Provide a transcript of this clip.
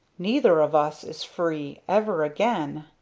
neither of us is free ever again.